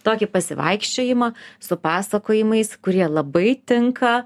tokį pasivaikščiojimą su pasakojimais kurie labai tinka